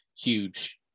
huge